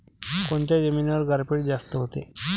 कोनच्या जमिनीवर गारपीट जास्त व्हते?